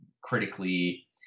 critically